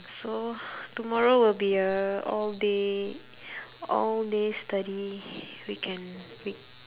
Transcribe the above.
so tomorrow will be a all day all day study weekend week